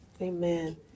Amen